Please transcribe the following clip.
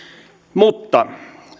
mutta